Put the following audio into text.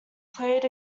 played